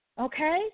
Okay